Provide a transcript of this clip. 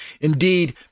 indeed